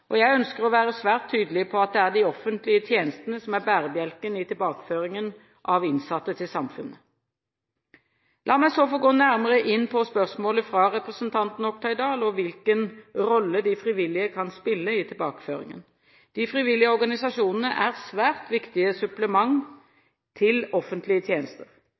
Jeg ønsker å være svært tydelig på at det er de offentlige tjenestene som er bærebjelken i tilbakeføringen av innsatte til samfunnet. La meg så få gå nærmere inn på spørsmålet fra representanten Oktay Dahl og hvilken rolle de frivillige kan spille i tilbakeføringen. De frivillige organisasjonene er svært viktige supplement til offentlige tjenester.